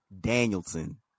Danielson